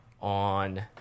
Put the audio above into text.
on